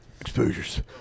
exposures